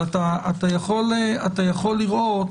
אתה יכול לראות